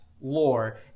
lore